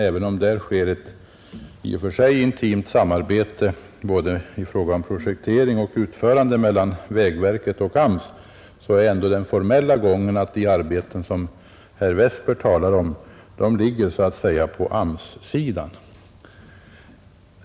Även om det sker ett i och för sig intimt samarbete i fråga om både projektering och utförande mellan vägverket och AMS, är ändå den formella gången att de arbeten som herr Westberg talar om ligger så att säga på AMS-sidan.